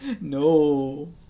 no